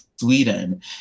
Sweden